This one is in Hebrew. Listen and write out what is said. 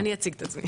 אני אציג את עצמי.